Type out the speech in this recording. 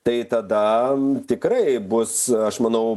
tai tada tikrai bus aš manau